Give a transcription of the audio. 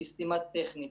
טכנית,